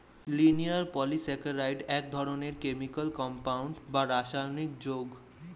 linear polysaccharide এক ধরনের chemical compound বা রাসায়নিক যৌগ